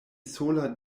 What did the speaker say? sola